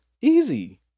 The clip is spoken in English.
easy